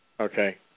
Okay